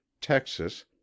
Texas